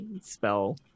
spell